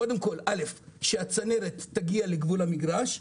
קודם כל שהצנרת תגיע לגבול המגרש,